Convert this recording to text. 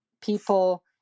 people